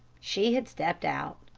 she had stepped out.